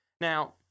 Now